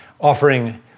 offering